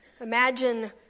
Imagine